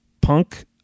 punk